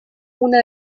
una